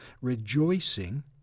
rejoicing